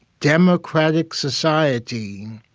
democratic society,